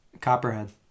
copperhead